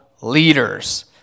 leaders